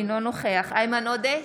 אינו נוכח איימן עודה,